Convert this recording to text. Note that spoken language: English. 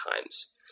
times